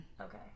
Okay